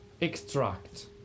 extract